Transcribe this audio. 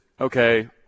okay